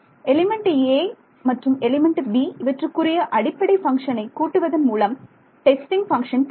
element 'a' மற்றும் element 'b' இவற்றுக்குரிய அடிப்படை பங்க்ஷனை கூட்டுவதன் மூலம் டெஸ்டிங் பங்க்ஷன் கிடைக்கும்